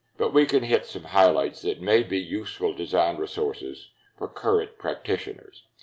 but we can hit some highlights that may be useful design resources for current practitioners.